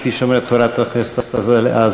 כפי שאומרת חברת הכנסת עזריה,